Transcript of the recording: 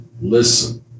listen